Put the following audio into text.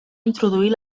introduir